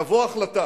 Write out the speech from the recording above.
תבוא החלטה.